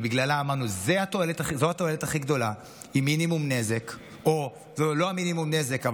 ובגללם אמרנו שזו התועלת הכי גדולה עם מינימום נזק או לא מינימום נזק,